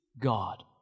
God